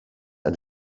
and